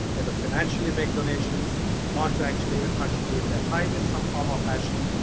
either financially make donations or to actually even contribute their time in some form or fashion,